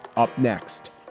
up next